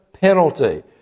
penalty